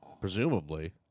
presumably